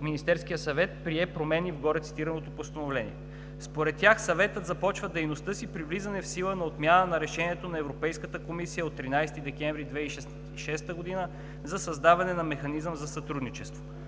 Министерският съвет прие промени в горецитираното постановление. Според тях Съветът започва дейността си при влизане в сила на отмяна на решението на Европейската комисия от 13 декември 2006 г. за създаване на Механизъм за сътрудничество.